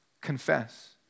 Confess